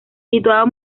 situado